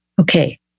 Okay